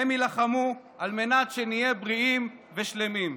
הם יילחמו על מנת שנהיה בריאים ושלמים.